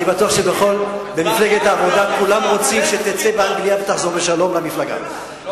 אני בטוח שבמפלגת העבודה כולם רוצים שתצא לאנגליה ותחזור בשלום למפלגה.